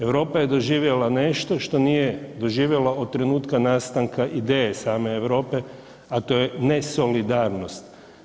Europa je doživjela nešto što nije doživjela od trenutka nastanka ideje same Europe, a to je nesolidarnost.